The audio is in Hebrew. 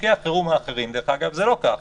בחוקי החירום האחרים זה לא כך.